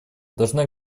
должны